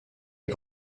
les